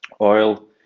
oil